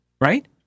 right